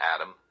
Adam